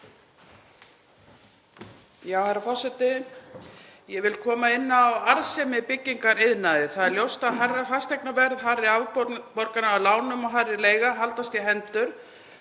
Herra forseti. Ég vil koma inn á arðsemi í byggingariðnaði. Það er ljóst að hærra fasteignaverð, hærri afborganir af lánum og hærri leiga haldast í hendur